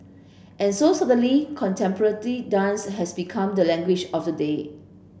and so suddenly contemporary dance has become the language of the day